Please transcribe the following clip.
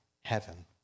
heaven